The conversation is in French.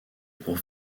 pour